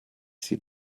sie